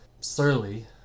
surly